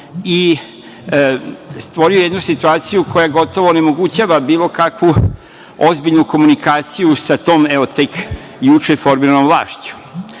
i stvorio jednu situaciju koja gotovo onemogućava bilo kakvu ozbiljnu komunikaciju sa tom evo tek juče formiranom vlašću. Koliko